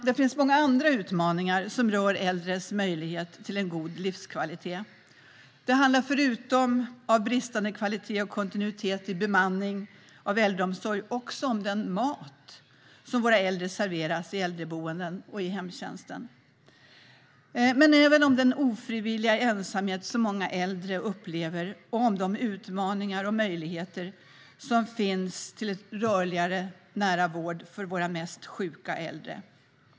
Det finns många andra utmaningar som rör äldres möjligheter till en god livskvalitet. Det handlar förutom om bristande kvalitet och kontinuitet i bemanning av äldreomsorg också om den mat som våra äldre serveras i äldreboenden och i hemtjänsten, men även om den ofrivilliga ensamhet som många äldre upplever och om de utmaningar och möjligheter som finns till en rörligare nära vård för våra mest sjuka äldre.